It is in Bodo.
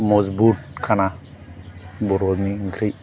मजबुद खाना बर'नि ओंख्रि